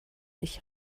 ich